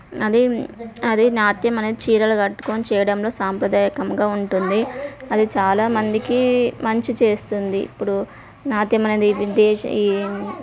అది అది నాట్యం అనేది చీరలు కట్టుకొని చేయడంలో సాంప్రదాయకంగా ఉంటుంది అది చాలా మందికి మంచి చేస్తుంది ఇప్పుడు నాట్యం అనేది ఈ దేశ ఈ